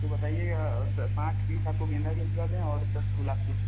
तो बताइए पाँच पीस आपको गेंदा के भिजवा दें और दस गुलाब के